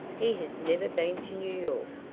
he has never been to new york.